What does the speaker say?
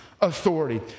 authority